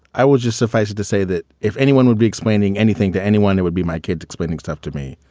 i will just suffice it to say that if anyone would be explaining anything to anyone, it would be my kids explaining stuff to me.